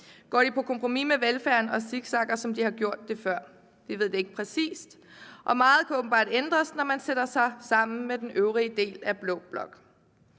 Går de på kompromis med velfærden og zigzagger, som de har gjort det før? Vi ved det ikke præcis, og meget kan åbenbart ændres, når man sætter sig sammen med den øvrige del af blå blok.